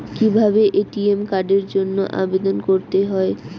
কিভাবে এ.টি.এম কার্ডের জন্য আবেদন করতে হয়?